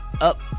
up